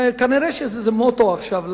וזה כנראה המוטו עכשיו,